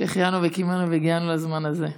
שהחיינו וקיימנו והגיענו לזמן הזה.